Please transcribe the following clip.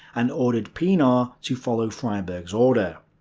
and ordered pienaar to follow freyberg's order.